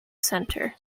centre